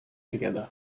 together